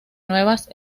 nuevas